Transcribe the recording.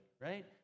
right